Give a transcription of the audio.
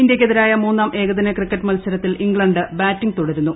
ഇന്ത്യയ്ക്കെതിരായ മൂന്നാം ഏകദിന ക്രിക്കറ്റ് മത്സരത്തിൽ ഇംഗ്ലണ്ട് ബാറ്റിംഗ് തുടരുന്നു